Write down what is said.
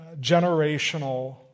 generational